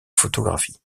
photographie